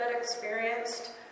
experienced